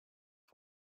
途中